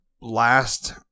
last